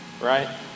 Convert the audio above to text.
right